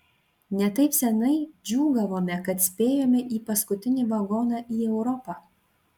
ne taip senai džiūgavome kad spėjome į paskutinį vagoną į europą